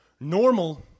Normal